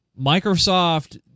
Microsoft